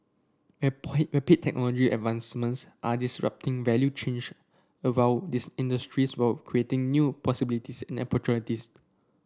rapid technology advancements are disrupting value above this industries while creating new possibilities and opportunities